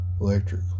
electric